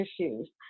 issues